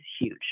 huge